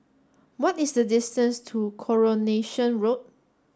what is the distance to Coronation Walk